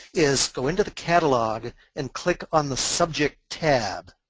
is go into the catalog and click on the subject tab,